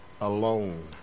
alone